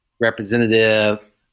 Representative